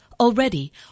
Already